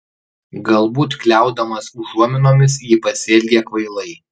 galbūt kliaudamas užuominomis ji pasielgė kvailai